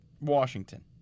Washington